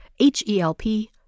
H-E-L-P